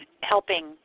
helping